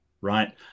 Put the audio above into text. right